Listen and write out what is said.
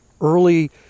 early